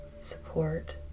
support